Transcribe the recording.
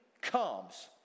comes